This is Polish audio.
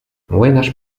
młynarz